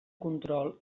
control